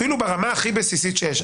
אפילו ברמה הכי בסיסית שיש,